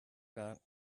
about